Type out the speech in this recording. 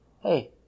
Hey